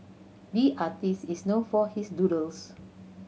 the artist is known for his doodles